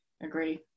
agree